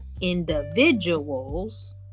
individuals